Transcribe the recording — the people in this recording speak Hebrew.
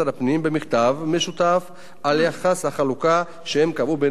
במכתב משותף על יחס החלוקה שהן קבעו ביניהן,